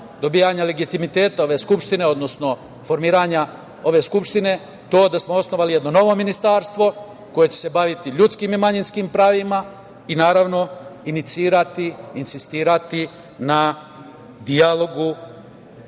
dobijanjem legitimiteta ove Skupštine, odnosno formiranja ove Skupštine, to da smo osnovali jedno novo ministarstvo koje će se baviti ljudskim i manjinskim pravima i, naravno, inicirati, insistirati na dijalogu,